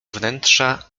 wnętrza